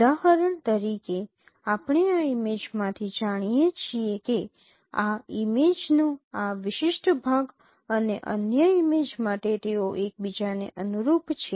ઉદાહરણ તરીકે આપણે આ ઇમેજમાંથી જાણીએ છીએ કે આ ઇમેજનો આ વિશિષ્ટ ભાગ અને અન્ય ઇમેજ માટે તેઓ એકબીજાને અનુરૂપ છે